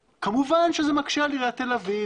כמובן שזה מקשה על עיריית תל אביב,